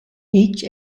each